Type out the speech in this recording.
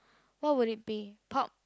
what would it be pop